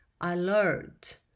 alert